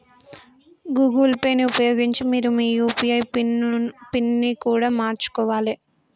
Google Pay ని ఉపయోగించి మీరు మీ యూ.పీ.ఐ పిన్ని కూడా మార్చుకోవాలే